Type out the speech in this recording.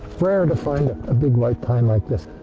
rare to find a big white pine like this.